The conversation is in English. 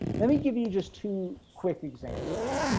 let me give you just two quick examples.